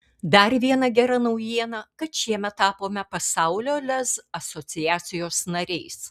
dar viena gera naujiena kad šiemet tapome pasaulio lez asociacijos nariais